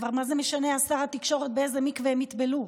מה זה משנה, שר התקשורת, באיזה מקווה הם יטבלו?